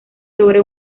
sobre